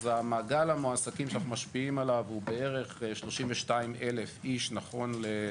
מעגל המועסקים שאנחנו משפיעים עליו הוא בערך 32,000 איש נכון ל-2019.